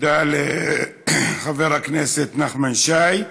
תודה לחבר הכנסת נחמן שי.